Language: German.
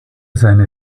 seine